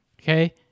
Okay